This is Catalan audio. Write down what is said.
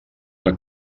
que